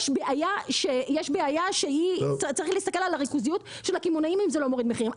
יש בעיה שצריך להסתכל על הריכוזיות של הקמעונאים אם זה לא מוריד מחירים,